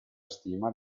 stima